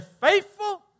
faithful